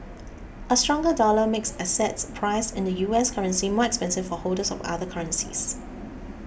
a stronger dollar makes assets priced in the U S currency much expensive for holders of other currencies